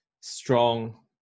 strong